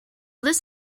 this